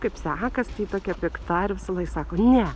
kaip sekas tai ji tokia pikta ir visąlaik sako ne